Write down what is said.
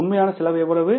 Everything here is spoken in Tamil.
உண்மையான செலவு எவ்வளவு